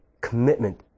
commitment